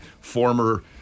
former